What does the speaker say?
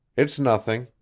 it's nothing,